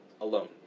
alone